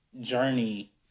journey